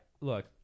look